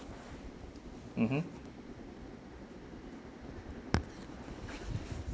mmhmm